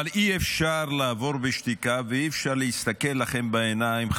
אי-אפשר לעבור בשתיקה ואי-אפשר להסתכל לכם בעיניים,